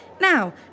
Now